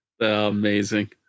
amazing